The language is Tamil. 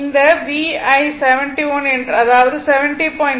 இந்த VI 71 என்று அதாவது 70